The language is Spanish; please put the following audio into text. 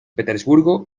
petersburgo